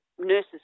nurses